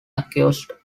accused